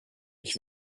ich